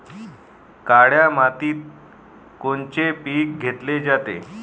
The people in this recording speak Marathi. काळ्या मातीत कोनचे पिकं घेतले जाते?